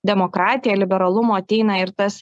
demokratija liberalumo ateina ir tas